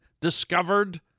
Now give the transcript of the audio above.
discovered